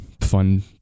fun